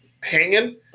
hanging